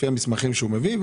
לפי המסמכים שהוא מביא,